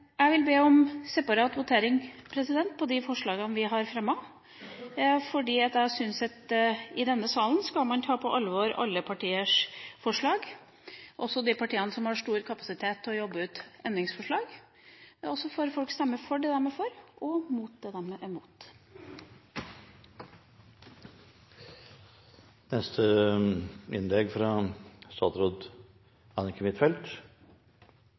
Jeg vil be om separat votering på de forslagene vi har fremmet, fordi jeg syns at i denne salen skal man ta på alvor alle partiers forslag – også de partiene som har stor kapasitet til å jobbe ut endringsforslag. Da får folk stemme for det de er for, og mot det de er